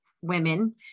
women